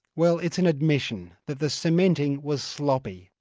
well, it's an admission that the cementing was sloppy,